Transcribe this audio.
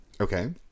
okay